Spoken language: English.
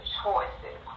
choices